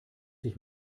sich